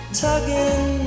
tugging